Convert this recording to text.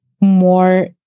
more